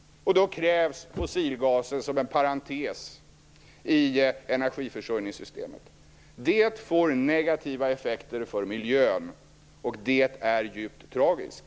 Då krävs fossilgasen som en parentes i energiförsörjningssystemet. Det får negativa effekter för miljön, och det är djupt tragiskt.